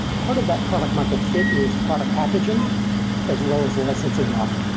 part of that product market fit is product packaging as well as licensing model,